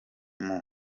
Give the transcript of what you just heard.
ziteye